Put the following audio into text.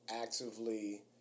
actively